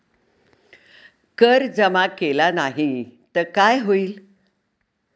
कर जमा केला नाही तर काय होईल?